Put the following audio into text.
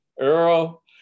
earl